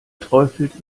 träufelt